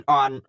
on